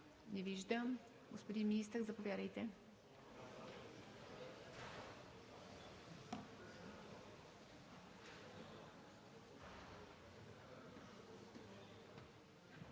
Не виждам. Господин Министър, заповядайте.